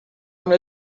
one